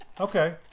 Okay